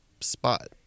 spot